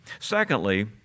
Secondly